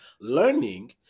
Learning